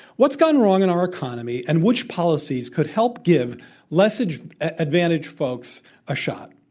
what's gone wrong in our economy and which policies could help give less advantaged folks a shot,